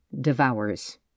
devours